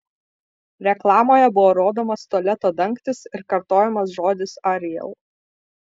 reklamoje buvo rodomas tualeto dangtis ir kartojamas žodis ariel